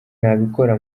nabikora